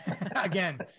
Again